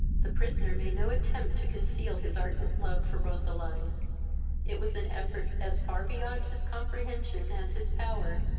the prisoner made no attempt to conceal his ardent love for roseline it was an effort as far beyond his comprehension as his power,